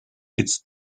its